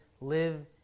live